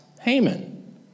Haman